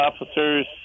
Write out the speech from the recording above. officers